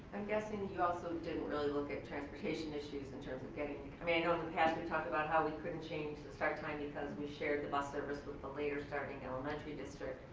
i'm guessing you also didn't really look at transportation issues in terms of getting i mean i know in the past we've talked about how we couldn't change the start time because we shared the bus service with the later starting elementary district.